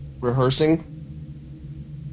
rehearsing